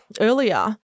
earlier